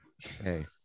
Hey